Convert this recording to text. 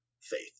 faith